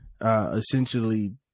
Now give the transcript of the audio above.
essentially